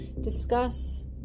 discuss